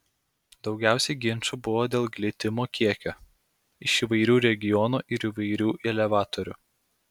daugiausiai ginčų buvo dėl glitimo kiekio iš įvairių regionų ir įvairių elevatorių